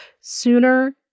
sooner